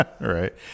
right